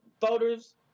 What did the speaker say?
voters